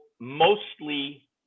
mostly